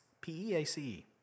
P-E-A-C-E